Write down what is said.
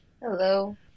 Hello